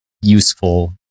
useful